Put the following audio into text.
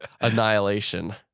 Annihilation